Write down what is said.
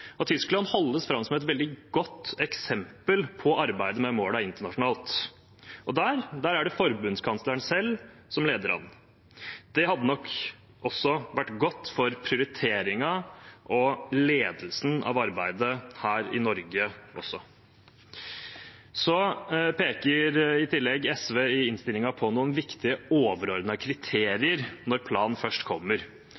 Tyskland holdes fram som et veldig godt eksempel på arbeidet med målene internasjonalt, og der er det forbundskansleren selv som leder an. Det hadde nok vært godt for prioriteringen og ledelsen av arbeidet her i Norge også. I tillegg peker SV i innstillingen på noen viktige overordnede